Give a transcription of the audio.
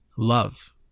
Love